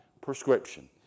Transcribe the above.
prescription